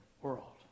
world